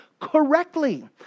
correctly